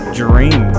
dream